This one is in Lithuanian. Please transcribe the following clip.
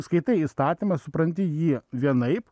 skaitai įstatymą supranti jį vienaip